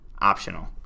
optional